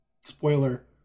spoiler